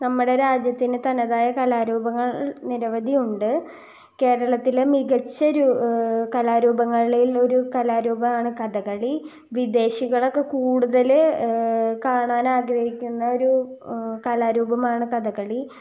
നമ്മുടെ രാജ്യത്തിൻ്റെ തനതായ കലാരൂപങ്ങൾ നിരവധിയുണ്ട് കേരളത്തിലെ മികച്ച കലാരൂപങ്ങളിൽ ഒരു കലാരൂപമാണ് കഥകളി വിദേശികളൊക്കെ കൂടുതൽ കാണാൻ ആഗ്രഹിക്കുന്ന ഒരു കലാരൂപമാണ് കഥകളി